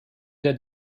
der